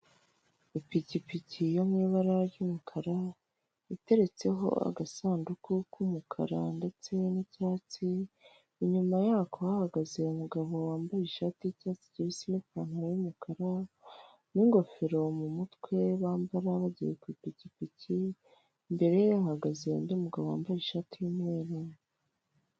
Ipikipiki yo mu ibara ry'umukara iteretseho agasanduku k'umukara ndetse n'icyatsi, inyuma yako hahagaze umugabo wambaye ishati y'icyatsi kibisi n'ipantaro y'umukara n'ingofero mu mutwe bambara bagiye ku ipikipiki, imbere ye hahagaze undi mugabo wambaye ishati y'umweru.